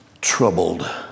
Troubled